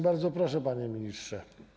Bardzo proszę, panie ministrze.